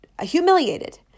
humiliated